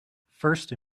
first